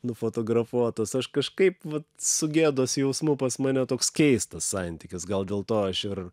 nufotografuotos aš kažkaip vat su gėdos jausmu pas mane toks keistas santykis gal dėl to aš ir